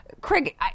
Craig